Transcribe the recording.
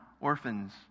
orphans